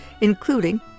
including